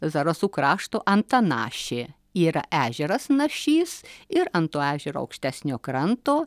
zarasų krašto antanašė yra ežeras našys ir ant to ežero aukštesnio kranto